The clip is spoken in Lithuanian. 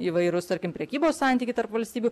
įvairūs tarkim prekybos santykiai tarp valstybių